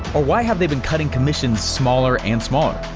or why have they been cutting commissions smaller and smaller,